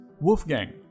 Wolfgang